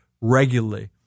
regularly